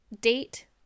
date